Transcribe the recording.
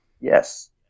Yes